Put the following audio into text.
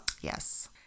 Yes